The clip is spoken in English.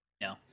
No